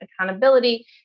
accountability